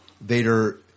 Vader